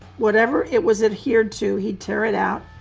whatever it was adhered to, he'd tear it out,